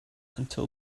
until